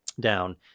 Down